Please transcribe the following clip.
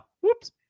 whoops